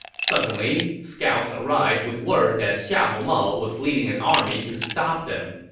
suddenly, scouts arrived with word that xiahou mao was leading an army to stop them.